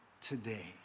today